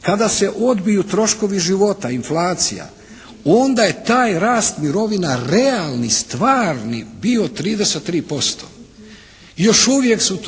Kada se odbiju troškovi života, inflacija, onda je taj rast mirovina realni, stvarni bio 33%. Još uvijek su